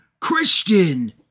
Christian